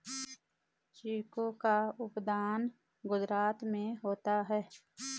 चीकू का उत्पादन गुजरात में होता है